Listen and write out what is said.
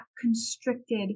constricted